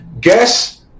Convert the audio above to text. Guess